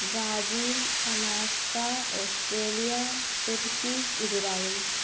Brazil alaska Australia turkey Israel